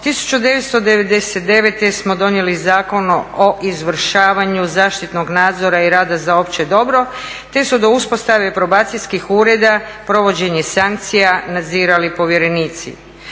1999. smo donijeli Zakon o izvršavanju zaštitnog nadzora i rada za opće dobro, te su do uspostave probacijskih ureda, provođenje sankcija nadzirali povjerenici.